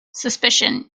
suspicion